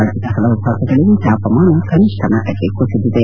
ರಾಜ್ಯದ ಹಲವು ಭಾಗಗಳಲ್ಲಿ ತಾಪಮಾನ ಕನಿಷ್ಠ ಮಟ್ಟಕ್ಕೆ ಕುಸಿದಿದೆ